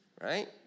right